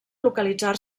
localitzar